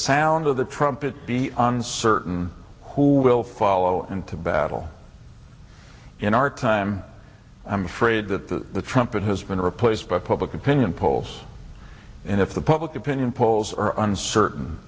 sound of the trumpet be uncertain who will follow into battle in our time i'm afraid that the trumpet has been replaced by public opinion polls and if the public opinion polls are uncertain